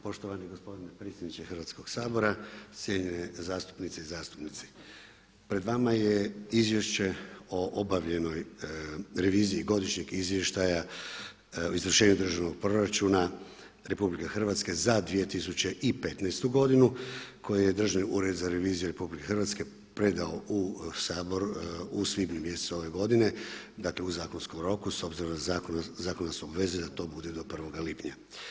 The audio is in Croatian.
Poštovani gospodine predsjedniče Hrvatskog sabora, cjenjene zastupnice i zastupnici pred vama je izvješće o obavljenoj reviziji godišnjeg izvještaja o izvršenju državnog proračuna RH za 2015. godinu koje je Državni ured za reviziju RH predao u Sabor u svibnju mjesecu ove godine, dakle u zakonskom roku s obzirom na zakon, zakon nas obvezuje da to bude do 1. lipnja.